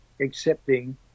accepting